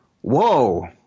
whoa